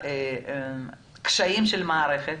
הקשיים של המערכת